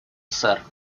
сэр